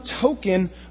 token